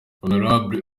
hon